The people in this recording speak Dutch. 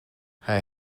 hij